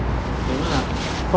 don't know lah